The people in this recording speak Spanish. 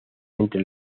entre